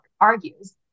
argues